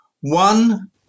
One